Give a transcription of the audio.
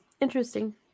interesting